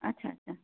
আচ্ছা আচ্ছা